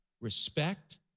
respect